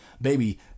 baby